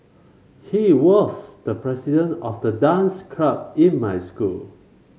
he was the president of the dance club in my school